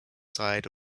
side